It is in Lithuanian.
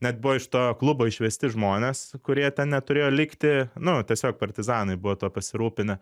net buvo iš to klubo išvesti žmonės kurie ten neturėjo likti nu tiesiog partizanai buvo tuo pasirūpinę